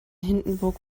hindenburg